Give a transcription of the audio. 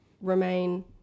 remain